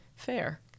fair